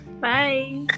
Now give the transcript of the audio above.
bye